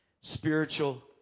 spiritual